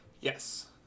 Yes